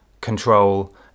control